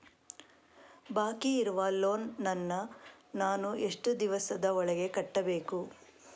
ಬಾಕಿ ಇರುವ ಲೋನ್ ನನ್ನ ನಾನು ಎಷ್ಟು ದಿವಸದ ಒಳಗೆ ಕಟ್ಟಬೇಕು?